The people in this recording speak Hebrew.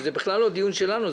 שזה בכלל לא דיון שלנו,